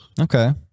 Okay